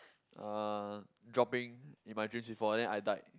uh dropping in my dreams before then I died